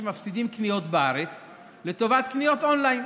שמפסידים קניות בארץ לטובת קניות און-ליין,